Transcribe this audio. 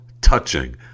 touching